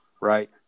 right